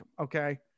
okay